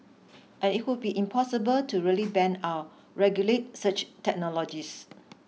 and it would be impossible to really ban or regulate such technologies